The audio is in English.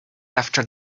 after